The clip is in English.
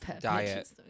diet